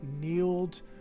kneeled